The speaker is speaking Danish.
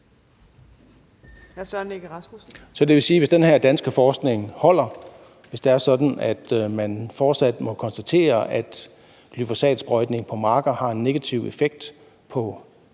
Så det vil sige, at hvis den her danske forskning holder, og hvis det er sådan, at man fortsat må konstatere, at glyfosatsprøjtning på marker har en negativ effekt på